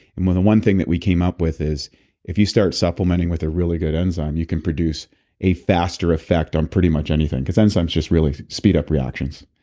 and when the one thing that we came up with is if you start supplementing with a really good enzyme, you can produce a faster effect on pretty much anything. because enzymes just really speed up reactions.